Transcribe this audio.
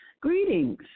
Greetings